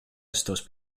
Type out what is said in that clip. estos